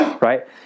right